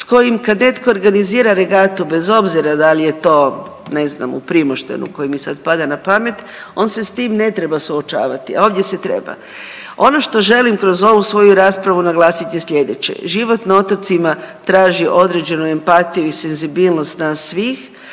s kojim kad netko organizira regatu bez obzira da li je to ne znam u Primoštenu koji mi sad pada na pamet, on se s tim ne treba suočavati, a ovdje se treba. Ono što želim kroz ovu svoju raspravu naglasiti je sljedeće, život na otocima traži određenu empatiju i senzibilnost nas svih,